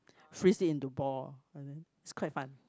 freeze it into ball ah then it's quite fun